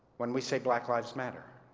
when we say black lives matter.